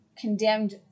condemned